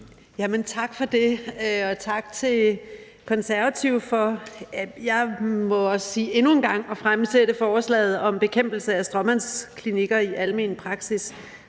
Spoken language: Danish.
– må jeg også sige – at fremsætte forslaget om bekæmpelse af stråmandsklinikker i almen praksis.